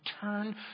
turn